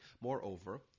Moreover